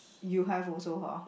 you have also !huh!